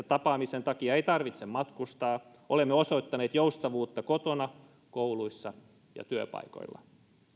tapaamisten takia ei tarvitse matkustaa olemme osoittaneet joustavuutta kotona kouluissa ja työpaikoilla